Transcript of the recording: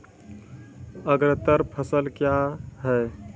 अग्रतर फसल क्या हैं?